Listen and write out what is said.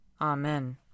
Amen